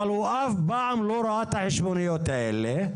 אבל אף פעם לא ראה את החשבוניות האלה.